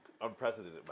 unprecedented